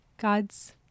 God's